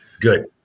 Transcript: Good